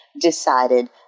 decided